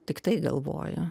tiktai galvoju